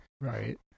Right